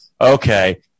Okay